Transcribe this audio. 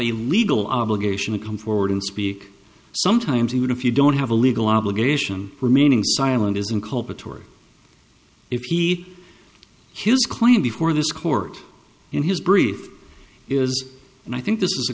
a legal obligation to come forward and speak sometimes even if you don't have a legal obligation remaining silent isn't culpa tory if he has claimed before this court in his brief is and i think this